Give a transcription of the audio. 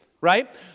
right